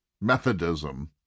Methodism